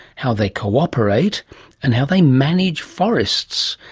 how they cooperate and how they manage forests,